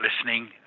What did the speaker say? listening